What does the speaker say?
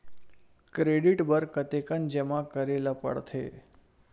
Credit बर कतेकन जमा करे ल पड़थे?